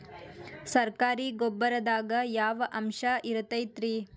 ಸರಕಾರಿ ಗೊಬ್ಬರದಾಗ ಯಾವ ಅಂಶ ಇರತೈತ್ರಿ?